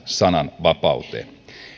sananvapauteen